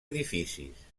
edificis